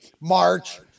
March